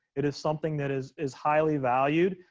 it is something that is is highly valued.